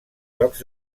jocs